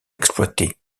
exploitée